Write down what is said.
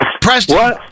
Preston